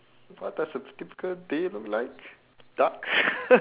what does a typical day look like dark